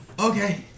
Okay